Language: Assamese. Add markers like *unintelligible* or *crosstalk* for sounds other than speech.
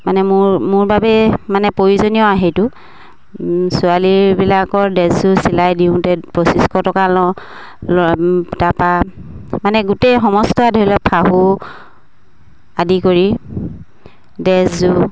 মানে মোৰ মোৰ বাবে মানে প্ৰয়োজনীয় আৰ্হিটো ছোৱালীবিলাকৰ ড্ৰেছযোৰ চিলাই দিওঁতে পঁচিছশ টকা লওঁ মানে গোটেই সমস্ত ধৰি লওক *unintelligible* আদি কৰি ড্ৰেছযোৰ